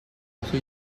also